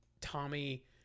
Tommy